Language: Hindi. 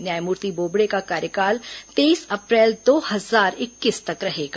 न्यायमूर्ति बोबड़े का कार्यकाल तेईस अ प्रैल दो हजार इक्कीस तक रहेगा